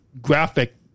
graphic